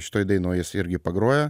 šitoj dainoj jis irgi pagrojo